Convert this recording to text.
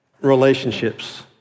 relationships